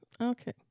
Okay